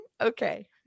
Okay